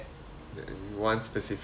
and one specifically